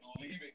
leaving